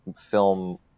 film